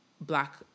black